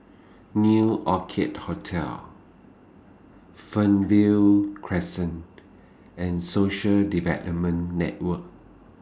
New Orchid Hotel Fernvale Crescent and Social Development Network